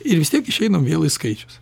ir vis tiek išeinam vėl į skaičius